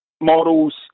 models